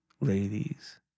ladies